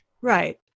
Right